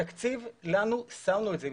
בתקציב שמנו את זה,